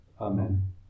Amen